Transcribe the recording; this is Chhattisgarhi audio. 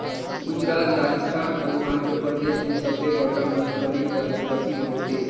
गुजरात, राजिस्थान अउ आंध्रपरदेस में सबले बगरा मूंगफल्ली कर फसिल होथे